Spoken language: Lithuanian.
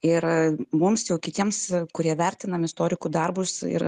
ir mums jau kitiems kurie vertinam istorikų darbus ir